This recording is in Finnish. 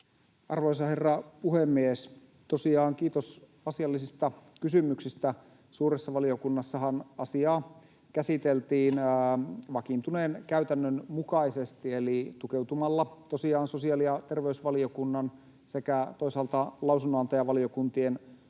Arvoisa herra puhemies! Kiitos asiallisista kysymyksistä. Suuressa valiokunnassahan asiaa käsiteltiin vakiintuneen käytännön mukaisesti eli tukeutumalla sosiaali- ja terveysvaliokunnan sekä toisaalta lausunnonantajavaliokuntien